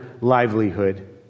livelihood